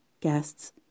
guests